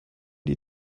die